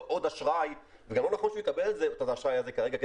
עוד אשראי וגם לא נכון שהוא יקבל את האשראי הזה כרגע,